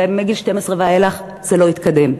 ומגיל 12 ואילך זה לא יתקדם.